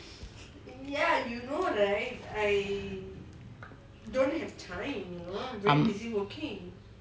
um